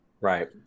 Right